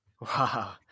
Wow